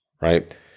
right